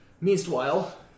Meanwhile